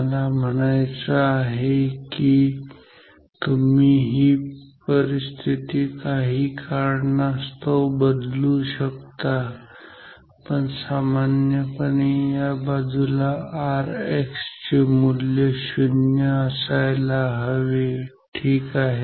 मला म्हणायचं आहे की तुम्ही ही परिस्थिती काही कारणास्तव बदलू सुद्धा शकता पण सामान्यपणे या बाजूला Rx चे मूल्य 0 असायला हवे ठीक आहे